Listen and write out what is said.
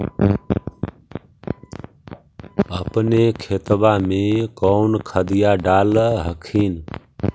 अपने खेतबा मे कौन खदिया डाल हखिन?